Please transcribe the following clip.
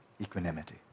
equanimity